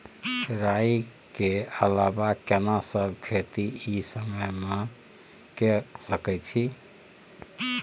राई के अलावा केना सब खेती इ समय म के सकैछी?